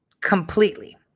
Completely